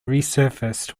resurfaced